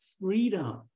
freedom